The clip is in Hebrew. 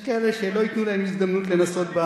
יש כאלה שלא ייתנו להם הזדמנות לנסות,